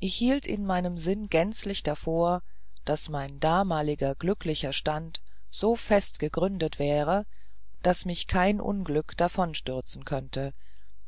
ich hielt in meinem sinn gänzlich davor daß mein damaliger glücklicher stand so fest gegründet wäre daß mich kein unglück davon stürzen könnte